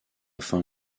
fin